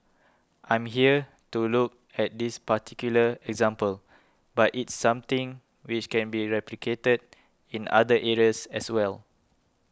I'm here to look at this particular example but it's something which can be replicated in other areas as well